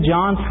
John